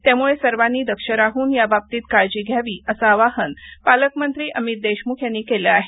त्यामुळे सर्वांनी दक्ष राहून या बाबतीत काळजी घ्यावी असं आवाहन पालकमंत्री अमित देशमुख यांनी केले आहे